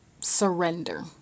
surrender